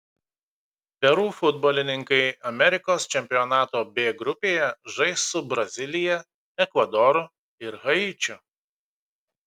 peru futbolininkai amerikos čempionato b grupėje žais su brazilija ekvadoru ir haičiu